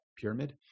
pyramid